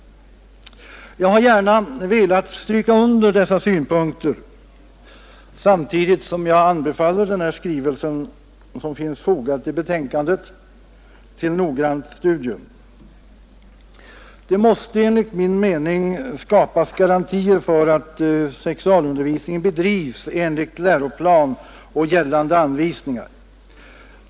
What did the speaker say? Jag har velat stryka under dessa synpunkter samtidigt som jag anbefaller den här skrivelsen, som finns fogad till betänkandet, till noggrant studium. Det måste enligt min mening skapas garantier för att sexualundervisningen bedrivs enligt läroplan och gällande anvisningar.